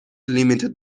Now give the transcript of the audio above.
limited